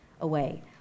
away